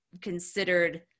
considered